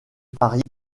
paris